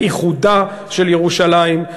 לאיחודה של ירושלים,